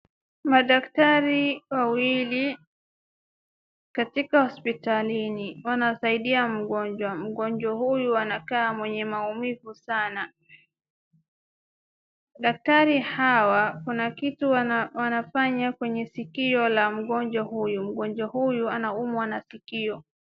Madaktari wawili katika hospitalini wanasaidia mgonjwa. Mgonjwa huyu anakaa mwenye maumivu sana. Daktari hawa kuna kitu wanafanya kwenye sikio la mgonjwa huyu. Mgonjwa huyu anaumwa na sikio.